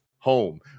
home